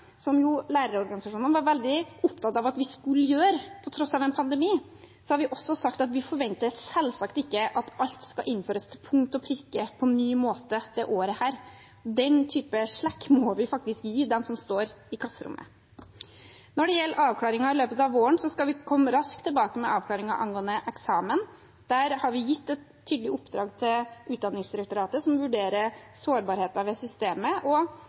lærerorganisasjonene var veldig opptatt av at vi skulle gjøre på tross av pandemien, har vi også sagt at vi selvsagt ikke forventer at alt skal innføres til punkt og prikke og på en ny måte dette året. Den typen slakk må vi faktisk gi dem som står i klasserommet. Når det gjelder avklaringer i løpet av våren, skal vi komme raskt tilbake med avklaringen angående eksamen. Der har vi gitt et tydelig oppdrag til Utdanningsdirektoratet, som vurderer sårbarheten ved systemet og